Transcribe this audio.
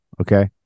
Okay